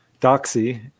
Doxy